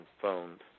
phones